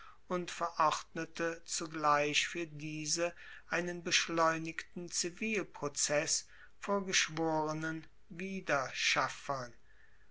und verordnete zugleich fuer diese einen beschleunigten zivilprozess vor geschworenen